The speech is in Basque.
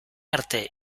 arte